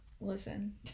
Listen